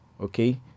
okay